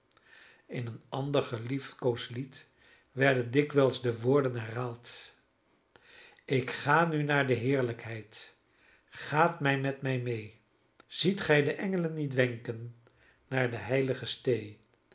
in een ander geliefkoosd lied werden dikwijls de woorden herhaald k ga nu naar de heerlijkheid gaat gij met mij mee ziet gij d'engelen niet wenken naar de heilige stee